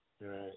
Right